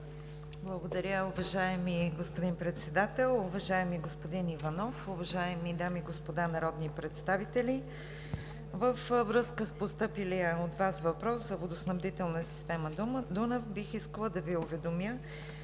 Благодаря, уважаеми господин Председател. Уважаеми господин Иванов, уважаеми дами и господа народни представители! Във връзка с постъпилия от Вас въпрос за водоснабдителна система „Дунав“ бих искала да Ви уведомя,